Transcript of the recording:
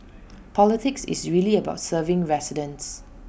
politics is really about serving residents